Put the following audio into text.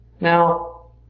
Now